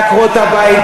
בעקרות-הבית,